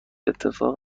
اتفاق